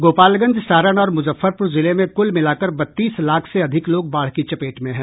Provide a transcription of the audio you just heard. गोपालगंज सारण और मुजफ्फरपुर जिले में कुल मिलाकर बत्तीस लाख से अधिक लोग बाढ़ की चपेट में हैं